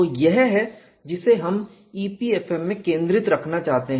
तो यह है जिसे हम EPFM में केंद्रित रखना चाहते हैं